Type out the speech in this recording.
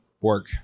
work